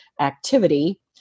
activity